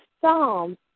Psalm